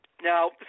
Now